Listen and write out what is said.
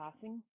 passing